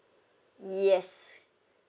yes